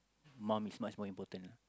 mum is much more important ah